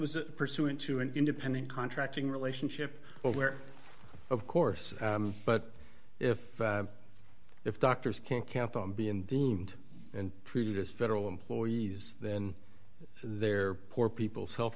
was pursuant to an independent contracting relationship where of course but if if doctors can't count on being deemed and treated as federal employees then they're poor people's health